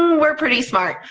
we're pretty smart.